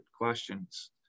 questions